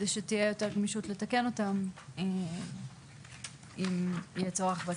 כדי שתהיה יותר גמישות לתקן אותם אם יהיה צורך.